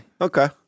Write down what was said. Okay